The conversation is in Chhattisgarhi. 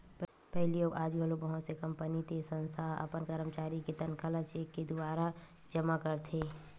पहिली अउ आज घलो बहुत से कंपनी ते संस्था ह अपन करमचारी के तनखा ल चेक के दुवारा जमा करथे